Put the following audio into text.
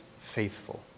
faithful